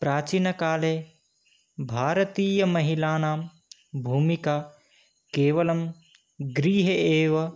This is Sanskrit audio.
प्राचीनकाले भारतीयमहिलानां भूमिका केवलं गृहे एव